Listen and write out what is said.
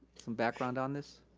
some background on this.